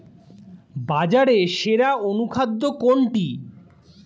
বাজারে সেরা অনুখাদ্য কোনটি?